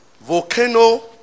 Volcano